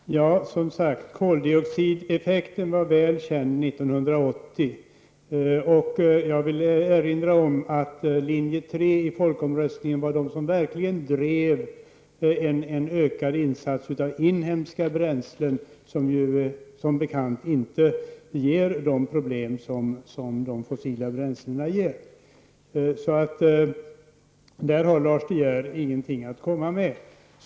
Fru talman! Som sagt, koldioxideffekten var väl känd 1980. Och jag vill erinra om att linje 3 i folkomröstningen var den som verkligen drev frågan om en ökad användning av inhemska bränslen, vilka som bekant inte ger de problem som de fossila bränslena ger. I detta sammanhang har Lars De Geer ingenting att komma med.